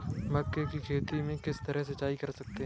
मक्के की खेती में किस तरह सिंचाई कर सकते हैं?